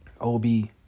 OB